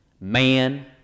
man